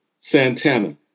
Santana